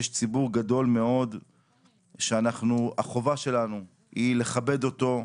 יש ציבור גדול מאוד שהחובה שלנו היא לכבד אותו.